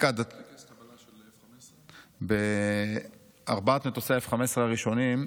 טקס קבלת F-15. ארבעת מטוסי ה-F-15 הראשונים,